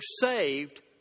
saved